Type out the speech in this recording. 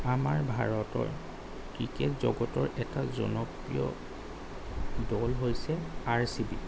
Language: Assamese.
আমাৰ ভাৰতৰ ক্ৰিকেট জগতৰ এটা জনপ্ৰিয় দল হৈছে আৰ চি বি